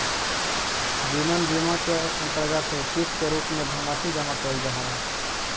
जीवन बीमा के अंतर्गत किस्त के रूप में धनराशि जमा कैल जा हई